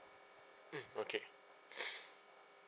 mm okay